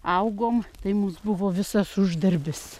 augom tai mums buvo visas uždarbis